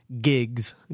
gigs